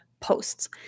posts